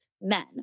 men